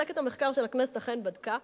מחלקת המחקר של הכנסת אכן בדקה.